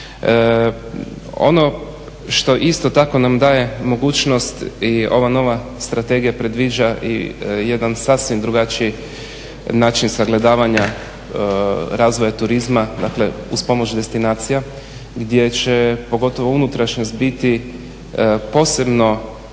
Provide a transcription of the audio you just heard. Ono što isto tako nam daje mogućnost i ova nova strategija predviđa jedan sasvim drugačiji način sagledavanja razvoja turizma dakle uz pomoć destinacija gdje će pogotovo unutrašnjost biti posebno